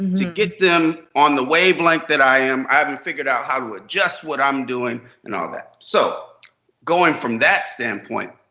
to get them on the wavelength that i am. i haven't figured out how to adjust what i'm doing, and all that. so going from that standpoint,